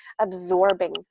absorbing